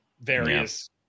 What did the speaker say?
various